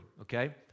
okay